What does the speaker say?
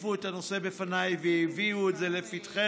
שהציפה את הנושא בפניי והביאה את זה לפתחנו,